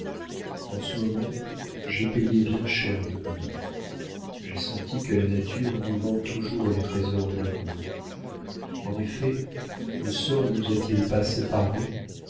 en ce moment j'ai payé bien cher mon bonheur j'ai senti que la nature nous vend toujours les trésors de l'amour en effet le sort ne nous a-t-il pas séparés